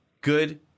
good